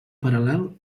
paral·lel